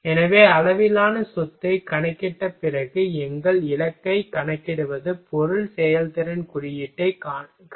எனவே அளவிலான சொத்தை கணக்கிட்ட பிறகு எங்கள் இலக்கைக் கணக்கிடுவது பொருள் செயல்திறன் குறியீட்டைக் கணக்கிடுவது சரி